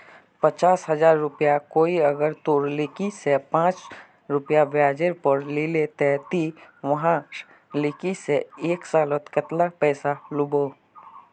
पचास हजार रुपया कोई अगर तोर लिकी से पाँच रुपया ब्याजेर पोर लीले ते ती वहार लिकी से एक सालोत कतेला पैसा लुबो?